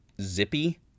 zippy